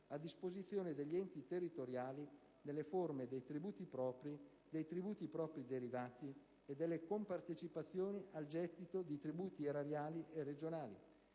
a disposizione degli enti territoriali nelle forme dei tributi propri, dei tributi propri derivati e delle compartecipazioni al gettito di tributi erariali e regionali.